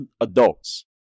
adults